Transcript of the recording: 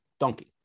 donkey